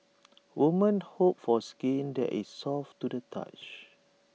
women hope for skin that is soft to the touch